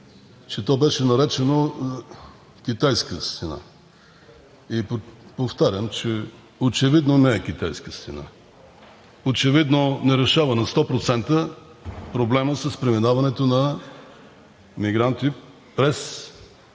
че то беше наречено китайска стена. Повтарям, че очевидно не е китайска стена. Очевидно не решава на 100% проблема с преминаването на мигранти през